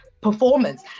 performance